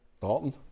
Dalton